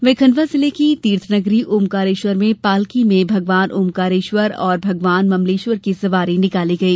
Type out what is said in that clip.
वहीं खण्डवा जिले की तीर्थ नगरी ओंकारेश्वर में पालकी में भगवान ओंकारेश्वर और भगवान ममलेश्वर की सवारी निकाली गई